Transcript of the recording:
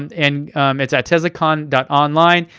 and it's at teslacon online,